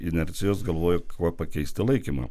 inercijos galvojo kuo pakeisti laikymą